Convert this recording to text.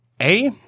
A-